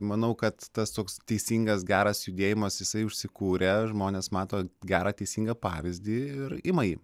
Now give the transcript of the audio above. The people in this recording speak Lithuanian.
manau kad tas toks teisingas geras judėjimas jisai užsikūrė žmonės mato gerą teisingą pavyzdį ir ima jį